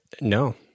No